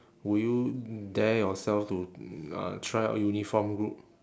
would you dare yourself to uh try out uniformed group